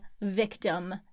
victim